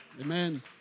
Amen